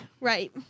Right